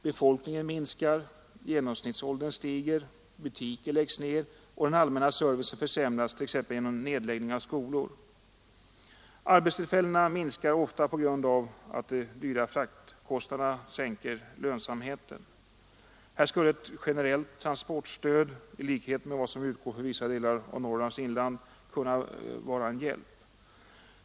Befolkningen minskar, genomsnittsåldern stiger, butiker läggs ner och den allmänna servicen försämras t.ex. genom nedläggning av skolor. Arbetstillfällen minskar ofta på grund av att de höga fraktkostnaderna sänker lönsamheten. Här skulle ett generellt transportstöd, i likhet med vad som utgår för vissa delar av Norrlands inland, kunna vara en hjälp.